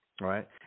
right